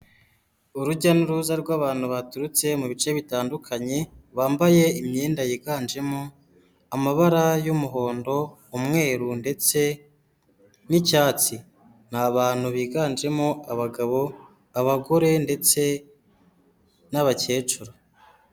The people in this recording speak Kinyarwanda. Urujya n'uruza rw'abantu baturutse mu bice bitandukanye bambaye imyenda yiganjemo amabara y'umuhondo, umweru ndetse n'icyatsi, ni abantu biganjemo abagabo, abagore ndetse n'abakecuru.